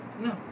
No